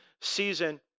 season